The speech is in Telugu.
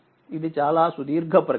ఇది చాలా సుదీర్ఘ ప్రక్రియ